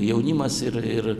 jaunimas ir ir